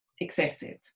excessive